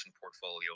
portfolio